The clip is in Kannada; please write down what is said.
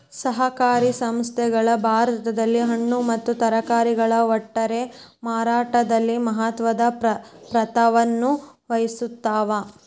ಸಹಕಾರಿ ಸಂಸ್ಥೆಗಳು ಭಾರತದಲ್ಲಿ ಹಣ್ಣು ಮತ್ತ ತರಕಾರಿಗಳ ಒಟ್ಟಾರೆ ಮಾರಾಟದಲ್ಲಿ ಮಹತ್ವದ ಪಾತ್ರವನ್ನು ವಹಿಸುತ್ತವೆ